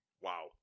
wow